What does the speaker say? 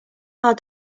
our